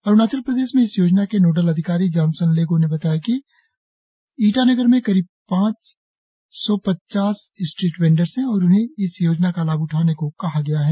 अरुणाचल प्रदेश में इस योजना के नोडल अधिकारी जॉनसन लेगो ने बताया कि ईटानगर में करीब पांच सौ पचास स्ट्रीट वेंडर्स है और उन्हें इस योजना का लाभ उठाने को कहा गया है